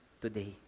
today